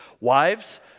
wives